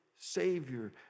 Savior